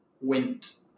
went